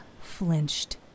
flinched